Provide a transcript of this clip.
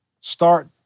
start